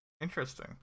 Interesting